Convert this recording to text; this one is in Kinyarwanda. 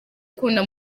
ukunda